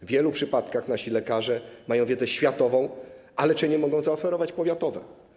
W wielu przypadkach nasi lekarze mają wiedzę światową, a leczenie mogą zaoferować powiatowe.